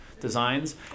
designs